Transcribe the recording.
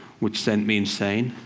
which sent me insane.